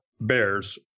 bears